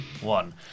one